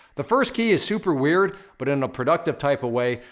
the first key is super weird, but in a productive type of way.